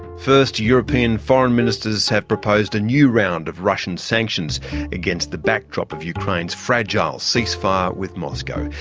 first european foreign ministers have proposed a new round of russian sanctions against the backdrop of ukraine's fragile ceasefire with moscow.